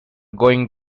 going